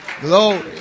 Glory